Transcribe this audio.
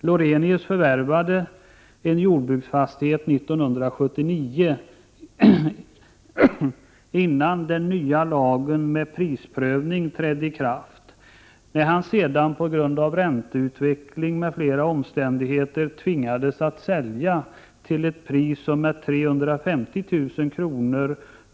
Lorenius förvärvade en jordbruksfastighet 1979, innan den nya lagen med prisprövning trädde i kraft. När han sedan på grund av ränteutveckling m.fl. omständigheter tvingades sälja till ett pris som med 350 000 kr.